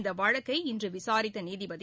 இந்த வழக்கை இன்று விசாரித்த நீதிபதி